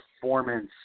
performance